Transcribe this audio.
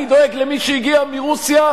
אני דואג למי שהגיע מרוסיה,